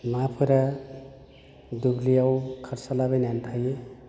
नाफोरा दुब्लियाव खारसारलाबायनानै थायो